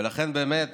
ולכן באמת